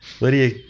Lydia